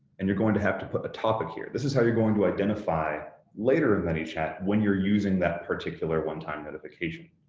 and you're going to have to put the topic here. this is how you're going to identify later in manychat when you're using that particular one-time notification,